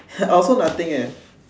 I also nothing leh